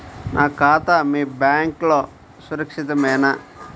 నా ఖాతా మీ బ్యాంక్లో సురక్షితమేనా?